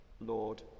Lord